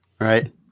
right